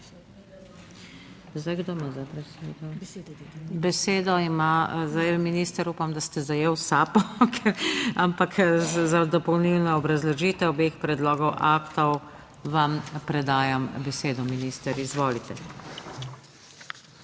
demantiral ta trenutek. Besedo ima, zdaj minister, upam da ste zajel sapo, ampak za dopolnilno obrazložitev obeh predlogov aktov vam predajam besedo minister. Izvolite.